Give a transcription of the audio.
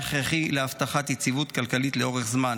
הכרחי להבטחת יציבות כלכלית לאורך זמן.